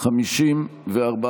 893 לא התקבלה.